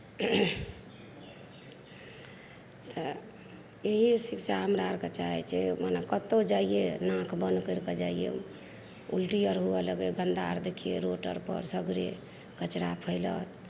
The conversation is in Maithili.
तऽ एहि शिक्षा हमरा आर कऽ चाहैत छै ओना कतहु जाइयै नाक बन्द करि कऽ जाइयै उलटी आर हुअ लगै गंदा आर देखियै रोड आर पर सगरे कचरा फैलल